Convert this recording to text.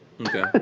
Okay